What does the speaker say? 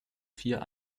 vier